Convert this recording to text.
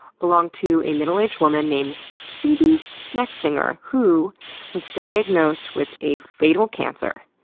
belonged to a middle aged woman named phoebe snetsinger, who was diagnosed with a fatal cancer,